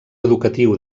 educatiu